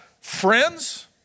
friends